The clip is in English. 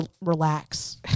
relax